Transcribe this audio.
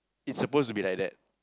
it's supposed to be like that